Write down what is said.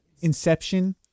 inception